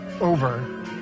over